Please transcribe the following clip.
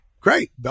great